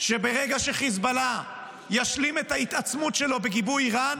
שברגע שחיזבאללה ישלים את ההתעצמות שלו בגיבוי איראן